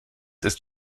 ist